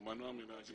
הוא מנוּע מלהגיד.